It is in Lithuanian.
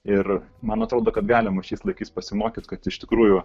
ir man atrodo kad galima šiais laikais pasimokyt kad iš tikrųjų